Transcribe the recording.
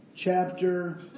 Chapter